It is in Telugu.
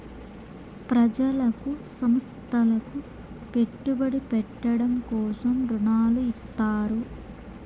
ప్రజలకు సంస్థలకు పెట్టుబడి పెట్టడం కోసం రుణాలు ఇత్తారు